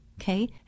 okay